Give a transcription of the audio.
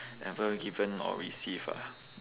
ever given or receive ah